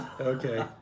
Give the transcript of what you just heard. Okay